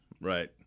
Right